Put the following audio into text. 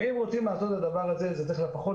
אם רוצים לעשות את הדבר הזה זה צריך לקחת לפחות